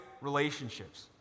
relationships